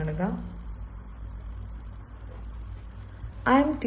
"I" "I അല്ല